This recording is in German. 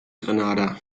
grenada